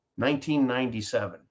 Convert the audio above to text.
1997